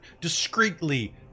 discreetly